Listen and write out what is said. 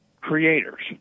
creators